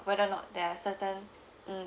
whether or not there are certain um